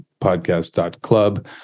podcast.club